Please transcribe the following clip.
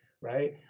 right